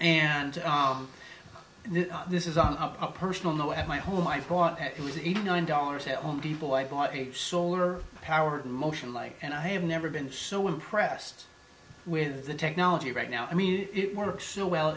and this is on a personal no at my home i thought it was even nine dollars and people i bought a solar powered motion like and i have never been so impressed with the technology right now i mean it works so well